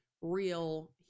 real